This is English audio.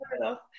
enough